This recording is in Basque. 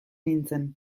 nintzen